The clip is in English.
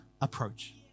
approach